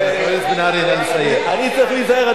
הוא אומר בצדק, הוא צריך להיזהר.